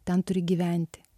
ten turi gyventi